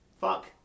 fuck